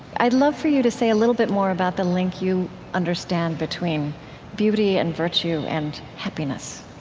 i'd love for you to say a little bit more about the link you understand between beauty and virtue and happiness